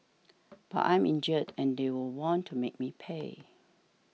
but I'm injured and they will want to make me pay